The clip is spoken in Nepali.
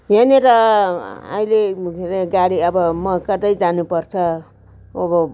यहाँनिर अहिले गाडी अब म कतै जानु पर्छ उँभो